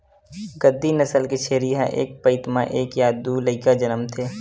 गद्दी नसल के छेरी ह एक पइत म एक य दू लइका जनमथे